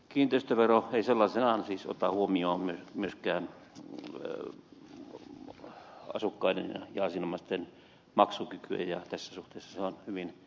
kiinteistövero ei sellaisenaan siis ota huomioon myöskään asukkaiden ja asianomaisten maksukykyä ja tässä suhteessa se on hyvin epäsosiaalinen